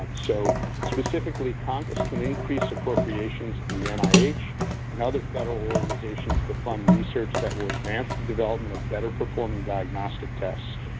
um so specifically, congress can increase appropriations to the and and other federal organizations to fund research that will advance the development of better performing diagnostic tests.